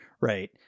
Right